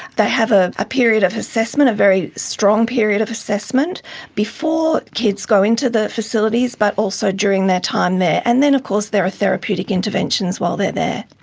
they have a ah period of assessment, a very strong period of assessment before kids go into the facilities but also during their time there. and then of course there are therapeutic interventions while they are there.